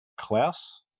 Klaus